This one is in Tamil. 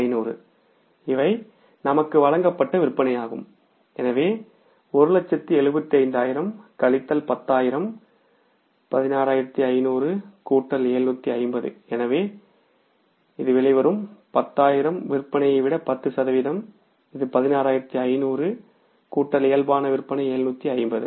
17500 இவை நமக்கு வழங்கப்பட்ட விற்பனையாகும் எனவே 175000 கழித்தல் 10000 16500 கூட்டல் 750 எனவே இது வெளிவரும் 10000 விற்பனையை விட 10 சதவிகிதம் இது 16500 கூட்டல் இயல்பான விற்பனை 750